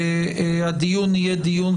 הדיון יהיה ענייני,